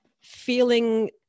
feeling